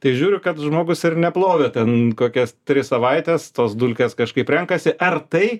tai žiūriu kad žmogus ir neplovė ten kokias tris savaites tos dulkės kažkaip renkasi ar tai